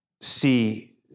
see